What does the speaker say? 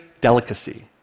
delicacy